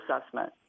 assessment